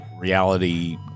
reality